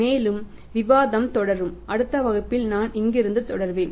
மேலும் விவாதம் தொடரும் அடுத்த வகுப்பில் நான் இங்கிருந்து தொடர்வேன்